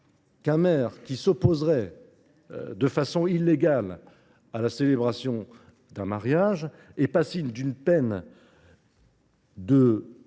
qu’un maire qui s’opposerait, de façon illégale, à la célébration d’un mariage est passible d’une peine de